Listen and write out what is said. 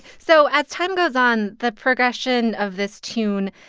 so as time goes on, the progression of this tune,